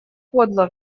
подло